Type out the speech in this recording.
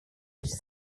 which